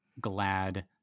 glad